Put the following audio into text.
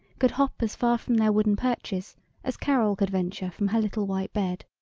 could hop as far from their wooden perches as carol could venture from her little white bed.